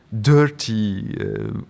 dirty